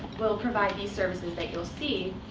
will provide these service and that you'll see.